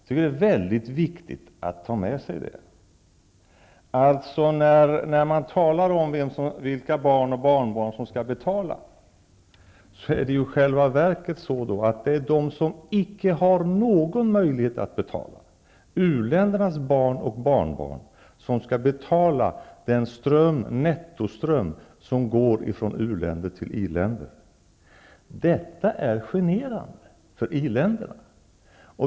Det är viktigt att veta. När man talar om vilka barn och barnbarn som skall betala, är det i själva verket så, att det är de som icke har någon möjlighet att betala, dvs. uländernas barn och barnbarn, som skall betala den nettoström som går från u-länder till i-länder. Detta är generande för i-länderna.